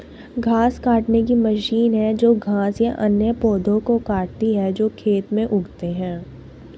घास काटने की मशीन है जो घास या अन्य पौधों को काटती है जो खेत में उगते हैं